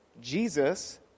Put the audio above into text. Jesus